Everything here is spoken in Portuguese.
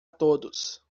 todos